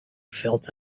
felt